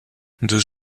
deux